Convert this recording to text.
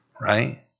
right